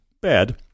bad